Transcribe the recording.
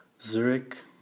Zurich